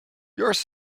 yours